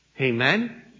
Amen